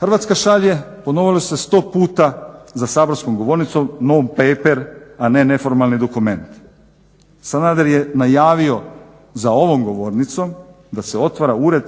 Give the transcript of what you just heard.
Hrvatska šalje, ponovili su se 100 puta za saborskom govornicom non-paper, a ne neformalni dokument. Sanader je najavio za ovom govornicom da se otvara ured